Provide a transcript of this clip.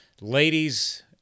Ladies